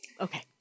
Okay